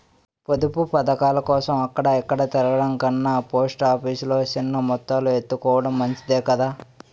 పొదుపు పదకాలకోసం అక్కడ ఇక్కడా తిరగడం కన్నా పోస్ట్ ఆఫీసు లో సిన్న మొత్తాలు ఎత్తుకోడం మంచిదే కదా